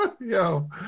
Yo